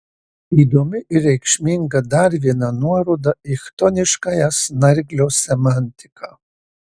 įdomi ir reikšminga dar viena nuoroda į chtoniškąją snarglio semantiką